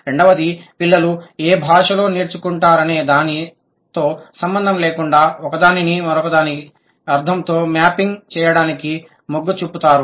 రెండవది పిల్లలు ఏ భాషలో నేర్చుకుంటున్నారనే దానితో సంబంధం లేకుండా ఒకదానిని మరొకదాని అర్థంతో మ్యాపింగ్ చేయడానికి మొగ్గు చూపుతారు